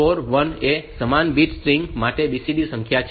તેથી આ 41 એ સમાન બીટ સ્ટ્રિંગ માટે BCD સંખ્યા છે